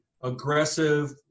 aggressive